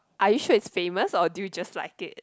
are you sure it's famous or do you just like it